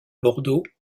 bordeaux